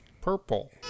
Purple